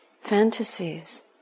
fantasies